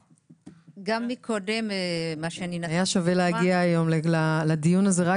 היה שווה להגיע היום לדיון הזה רק